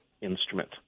instrument